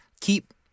keep